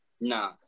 Nah